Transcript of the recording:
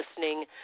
listening